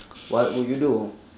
what would you do